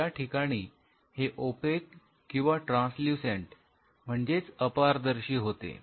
याठिकाणी हे ऑपेक किंवा ट्रान्सन्यूसेंट अपारदर्शी होते